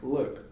Look